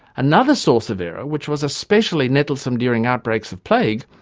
another source of error which was especially nettlesome during outbreaks of plague,